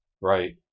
Right